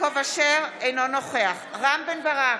אינו נוכח רם בן ברק,